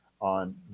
on